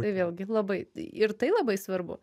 tai vėlgi labai ir tai labai svarbu